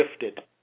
gifted